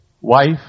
wife